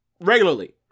regularly